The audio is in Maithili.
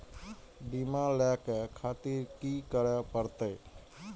बीमा लेके खातिर की करें परतें?